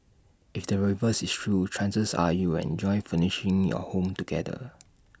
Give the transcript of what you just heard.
if the reverse is true chances are you'll enjoy furnishing your home together